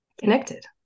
Connected